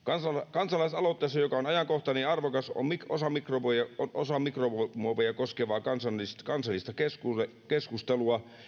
kansalaisaloite joka on ajankohtainen ja arvokas on osa mikromuoveja koskevaa kansallista keskustelua keskustelua